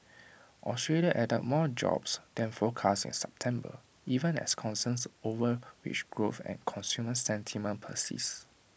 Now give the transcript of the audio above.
Australia added more jobs than forecast in September even as concerns over wage growth and consumer sentiment persist